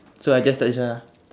so I just start this one ah